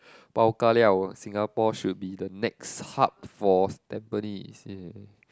bao ka liao Singapore should be the next hub for Tampines !yay!